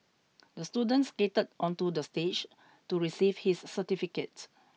the student skated onto the stage to receive his certificate